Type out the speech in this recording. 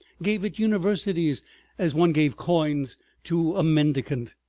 gave it universities as one gave coins to a mendicant,